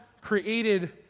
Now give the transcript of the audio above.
created